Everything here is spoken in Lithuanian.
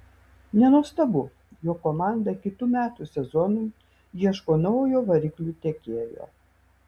nenuostabu jog komanda kitų metų sezonui ieško naujo variklių tiekėjo